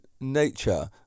nature